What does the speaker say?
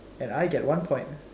and I get one point